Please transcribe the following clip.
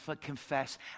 confess